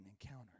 encounter